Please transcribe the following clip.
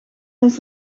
eens